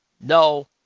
no